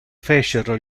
fecero